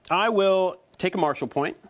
i will take a marshal point.